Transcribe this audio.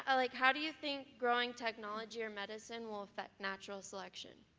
ah like how do you think growing technology and medicine will affect natural selection?